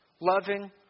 loving